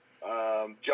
john